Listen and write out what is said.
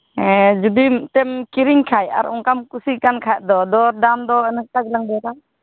ᱡᱩᱫᱤ ᱮᱱᱛᱮᱢ ᱠᱤᱨᱤᱧ ᱠᱷᱟᱱ ᱟᱨ ᱚᱱᱠᱟᱢ ᱠᱩᱥᱤᱜ ᱠᱟᱱ ᱠᱷᱟᱡ ᱫᱚ ᱫᱚᱨ ᱫᱟᱢ ᱫᱚ ᱤᱱᱠᱟᱹ ᱜᱮᱞᱟᱝ ᱫᱚᱨᱟ